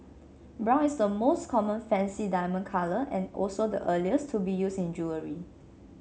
brown is the most common fancy diamond colour and also the earliest to be used in jewellery